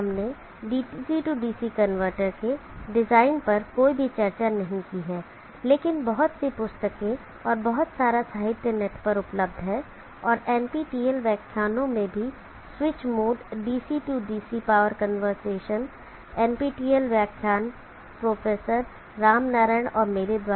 मैंने DC DC converter के design पर कोई भी चर्चा नहीं की है लेकिन बहुत सी पुस्तकें और बहुत सारा साहित्य नेट पर उपलब्ध है और NPTEL व्याख्यानो में भी switch mode DC DC power conversation NPTEL व्याख्यान प्रो0 रामनारायण और मेरे द्वारा